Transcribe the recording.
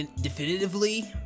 definitively